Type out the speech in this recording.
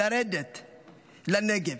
"'לרדת לנגב'",